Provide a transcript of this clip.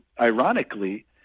ironically